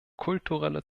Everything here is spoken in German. kulturelle